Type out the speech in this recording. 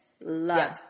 Love